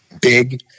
big